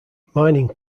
mining